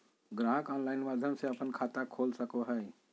ग्राहक ऑनलाइन माध्यम से अपन खाता खोल सको हइ